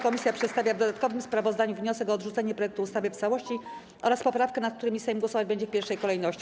Komisja przedstawia w dodatkowym sprawozdaniu wniosek o odrzucenie projekty ustawy w całości oraz poprawkę, nad którymi Sejm głosować będzie w pierwszej kolejności.